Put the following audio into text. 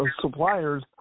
suppliers